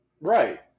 Right